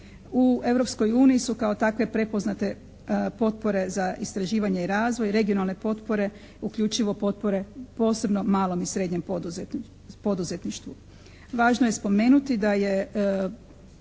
uniji su kao takve prepoznate potpore za istraživanje i razvoj, regionalne potpore uključivo potpore posebno malom i srednjem poduzetništvu.